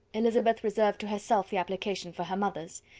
elizabeth reserved to herself the application for her mother's.